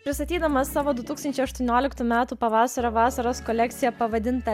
pristatydamas savo du tūkstančiai aštuonioliktų metų pavasario vasaros kolekciją pavadintą